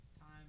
time